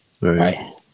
Right